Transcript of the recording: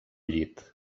llit